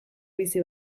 bizi